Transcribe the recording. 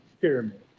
pyramid